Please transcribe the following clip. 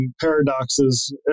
paradoxes